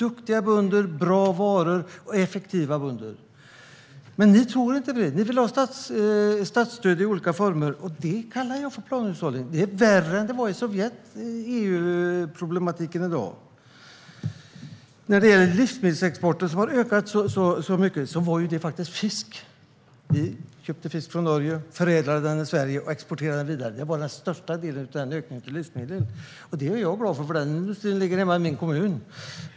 Vi har duktiga och effektiva bönder och bra varor. Men ni tror inte på det. Ni vill ha statsstöd i olika former, och det kallar jag för planhushållning. EU-problematiken i dag är värre än det var i Sovjet. Att livsmedelsexporten har ökat så mycket handlar faktiskt om fisk. Vi köpte fisk från Norge, förädlade den i Sverige och exporterade den vidare. Det var den största delen av ökningen av livsmedelsexporten. Det är jag glad över, för den industrin ligger hemma i min kommun.